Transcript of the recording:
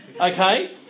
okay